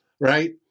right